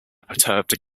perturbed